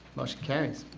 motion carries